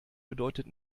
bedeutet